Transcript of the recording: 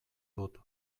dut